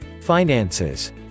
finances